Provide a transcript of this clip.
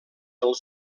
del